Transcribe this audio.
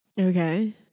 Okay